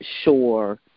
sure